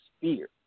fear